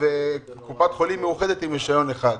קופת חולים מאוחדת עם רישיון אחד.